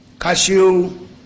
Cashew